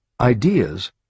Ideas